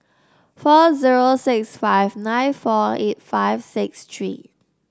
four zero six five nine four eight five six three